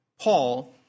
Paul